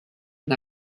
and